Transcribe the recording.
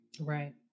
Right